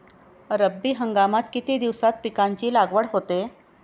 रब्बी हंगामात किती दिवसांत पिकांची लागवड होते?